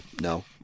no